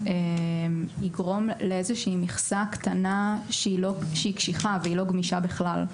יגרום לאיזושהי מכסה קטנה שהיא קשיחה והיא לא גמישה בכלל,